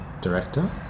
director